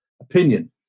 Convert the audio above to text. opinion